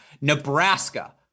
Nebraska